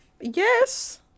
Yes